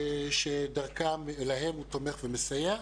שלהם הוא תומך ומסייע.